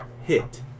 hit